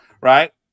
right